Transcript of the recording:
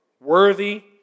worthy